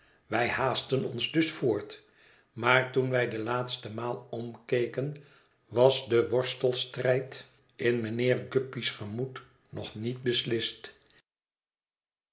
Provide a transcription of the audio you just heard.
wij haastten ons dus voort maar toen wij de laatste maal omkeken was de worstelstrijd in mijnheer guppy's gemoed nog niet beslist